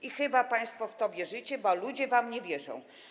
I chyba państwo w to wierzycie, bo ludzie wam nie wierzą.